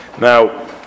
Now